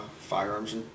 firearms